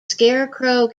scarecrow